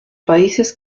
países